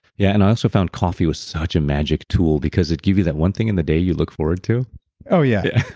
yeah, and i also found coffee was such a magic tool because it gives you that one thing in the day you look forward to oh yeah.